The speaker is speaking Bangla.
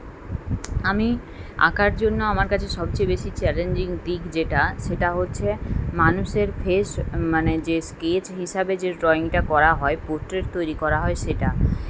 আমি আঁকার জন্য আমার কাছে সবচেয়ে বেশি চ্যালেঞ্জিং দিক যেটা সেটা হচ্ছে মানুষের ফেস মানে যে স্কেচ হিসাবে যে ড্রয়িংটা করা হয় পোট্রেট তৈরি করা হয় সেটা